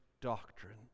doctrine